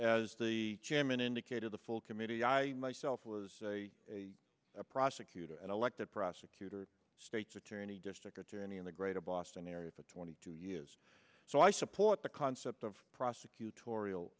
as the chairman indicated the full committee i myself was a prosecutor and elected prosecutor state's attorney district attorney in the greater boston area for twenty two years so i support the concept of prosecut